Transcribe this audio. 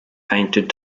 painted